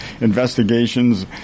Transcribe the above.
investigations